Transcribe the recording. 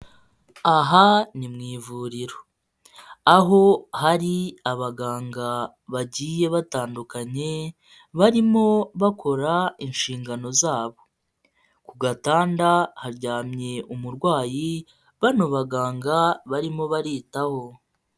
Aha ni mu ivuriro, aho hari abaganga bagiye batandukanye barimo bakora inshingano zabo, ku gatanda haryamye umurwayi bano baganga barimo baritaho.